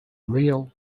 real